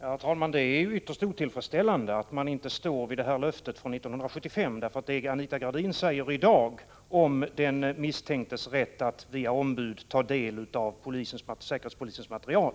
Herr talman! Det är ytterst otillfredsställande att inte regeringen står fast vid löftet från 1975. Det Anita Gradin säger i dag om den misstänktes rätt att via ombud ta del av säkerhetspolisens material